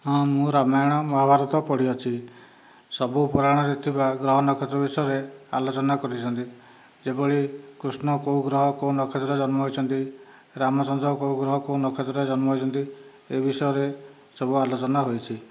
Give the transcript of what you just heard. ହଁ ମୁଁ ରାମାୟଣ ମହାଭାରତ ପଢ଼ିଅଛି ସବୁ ପୁରାଣରେ ଥିବା ଗ୍ରହ ନକ୍ଷତ୍ର ବିଷୟରେ ଆଲୋଚନା କରିଛନ୍ତି ଯେଉଁଭଳି କୃଷ୍ଣ କେଉଁ ଗ୍ରହ କେଉଁ ନକ୍ଷେତ୍ରରେ ଜନ୍ମ ହୋଇଛନ୍ତି ରାମଚନ୍ଦ୍ର କେଉଁ ଗ୍ରହ କେଉଁ ନକ୍ଷେତ୍ରରେ ଜନ୍ମ ହୋଇଛନ୍ତି ଏ ବିଷୟରେ ସବୁ ଆଲୋଚନା ହୋଇଛି